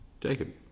Jacob